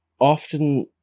often